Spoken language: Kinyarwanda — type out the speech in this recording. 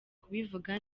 kubivuga